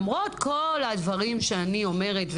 למרות כל הדברים שאני אומרת,